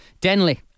Denley